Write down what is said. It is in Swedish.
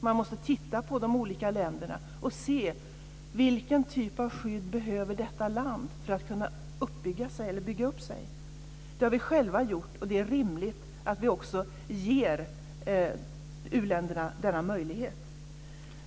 Man måste titta på de olika länderna och se vilken typ av skydd varje land behöver för att bygga upp sig. Det har vi själva gjort, och det är rimligt att vi också ger u-länderna denna möjlighet.